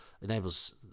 enables